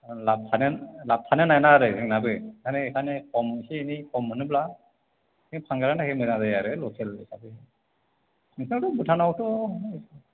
आरो लाब थानो लाब थानो नागिरा आरो जोंनाबो एफा एनै एफा एनै एसे एनै खम मोनोब्ला जों फानग्रानि थाखाय मोजां जायो आरो लकेल हिसाबै आरो नोंस्राथ' भुटानावथ'